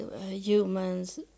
humans